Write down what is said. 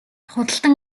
худалдан